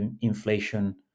inflation